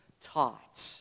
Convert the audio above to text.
taught